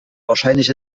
wahrscheinlich